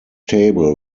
table